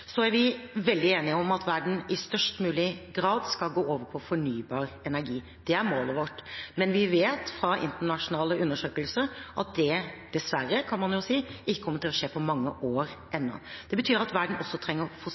Så er vi veldig enige om at verden i størst mulig grad skal gå over til fornybar energi. Det er målet vårt. Men vi vet fra internasjonale undersøkelser at det – dessverre, kan man jo si – ikke kommer til å skje på mange år ennå. Det betyr at verden også trenger